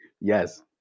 Yes